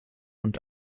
und